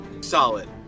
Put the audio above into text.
solid